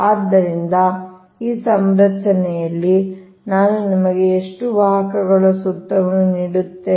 ಆದ್ದರಿಂದ ಈ ಸಂರಚನೆಯಲ್ಲಿ ನಾನು ನಿಮಗೆ ಎಷ್ಟು ವಾಹಕಗಳ ಸೂತ್ರವನ್ನು ನೀಡುತ್ತೇನೆ